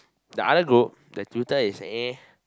the other group the tutor is A